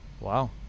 Wow